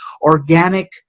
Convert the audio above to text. organic